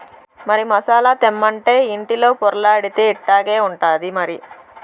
మరి మసాలా తెమ్మంటే ఇంటిలో పొర్లాడితే ఇట్టాగే ఉంటాది మరి